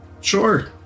Sure